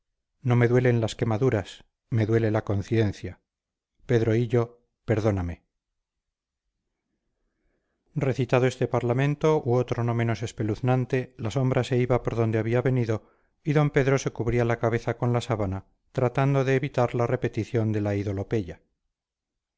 no me duelen las quemaduras me duele la conciencia pedro hillo perdóname recitado este parlamento u otro no menos espeluznante la sombra se iba por donde había venido y d pedro se cubría la cabeza con la sábana tratando de evitar la repetición de la